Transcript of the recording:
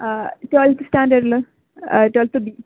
ആ ട്വൽത്ത് സ്റ്റാൻഡേർഡിൽ twelfth B